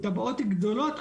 בתב"עות גדולות,